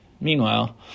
Meanwhile